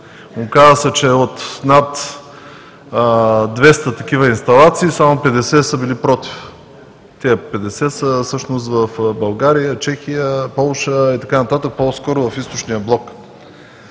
Оказа се, че от над 200 такива инсталации само 50 са били против. Тези 50 всъщност са в България, Чехия, Полша и така нататък – по-скоро в Източния блок.